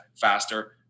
faster